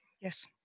Yes